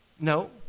No